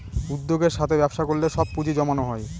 উদ্যোগের সাথে ব্যবসা করলে সব পুজিঁ জমানো হয়